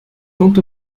quant